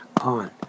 on